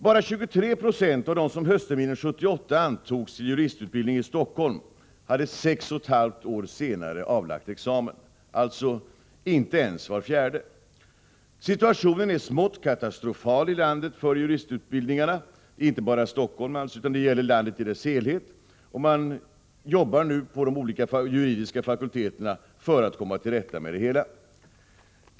Bara 23 26 av dem som höstterminen 1978 antogs till juristutbildningen i Stockholm hade sex och ett halvt år senare avlagt examen -— alltså inte ens var fjärde. Situationen är smått katastrofal i landet för juristutbildningarna. Det gäller inte bara i Stockholm utan i landet i dess helhet. Man jobbar nu på de olika juridiska fakulteterna för att komma till rätta med problemet.